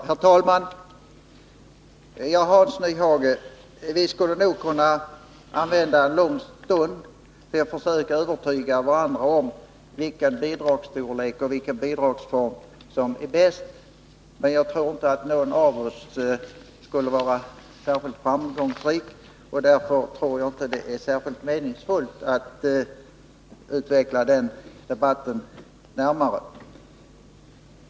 Herr talman! Hans Nyhage och jag skulle nog kunna använda en lång stund till att försöka övertyga varandra om vilken bidragsstorlek och vilken bidragsform som är bäst, men jag tror inte att någon av oss skulle vara särskilt framgångsrik. Därför tror jag inte att det är meningsfullt att utveckla den debatten närmare.